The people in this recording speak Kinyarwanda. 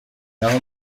naho